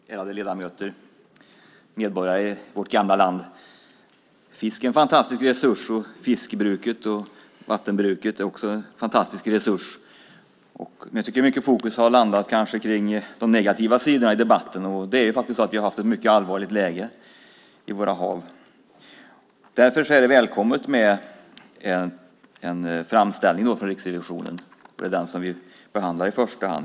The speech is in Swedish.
Herr talman! Ärade ledamöter och medborgare i vårt gamla land! Fisk är en fantastisk resurs, och fiskbruket och vattenbruket är också en fantastisk resurs. Jag tycker att fokus mycket har landat på de negativa sidorna i debatten, och vi har haft ett mycket allvarligt läge i våra hav. Därför är det välkommet med en framställning från Riksrevisionen, och det är den som vi i första hand behandlar här.